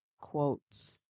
quotes